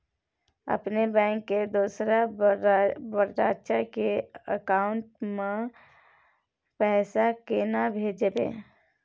अपने बैंक के दोसर ब्रांच के अकाउंट म पैसा केना भेजबै?